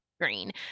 green